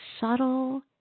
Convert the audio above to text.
subtle